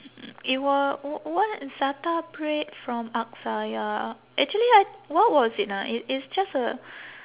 it wa~ w~ what za'atar bread from aqsa ya actually I what was it ah it it's just a